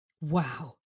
Wow